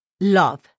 love